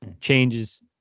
changes